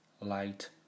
light